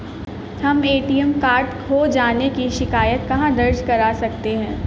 हम ATM card खो जाने की शिकायत कहाँ दर्ज कर सकते हैं?